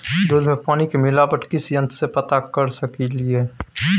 दूध में पानी के मिलावट किस यंत्र से पता कर सकलिए?